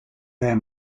their